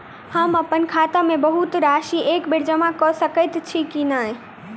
हम अप्पन खाता मे बहुत राशि एकबेर मे जमा कऽ सकैत छी की नै?